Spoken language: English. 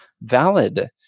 valid